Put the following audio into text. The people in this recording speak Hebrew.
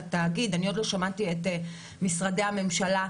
התאגיד, אני עוד לא שמעתי את משרדי הממשלה.